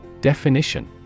Definition